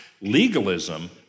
Legalism